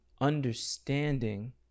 understanding